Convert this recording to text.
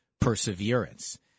perseverance